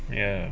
ya